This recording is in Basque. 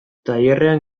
tailerrean